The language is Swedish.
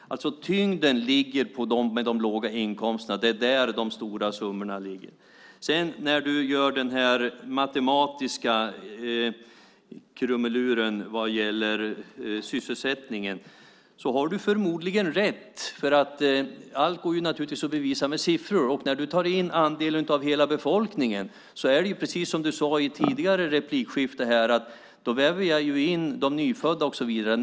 Tyngden ligger på dem med de låga inkomsterna. Det är där de stora summorna ligger. När du gör den här matematiska krumeluren vad gäller sysselsättningen har du förmodligen rätt. Allt går att bevisa med siffror. När du tar in andelen av hela befolkningen är det precis som du sade i ett tidigare replikskifte, nämligen att du då väver in de nyfödda och så vidare.